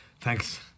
Thanks